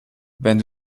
wenn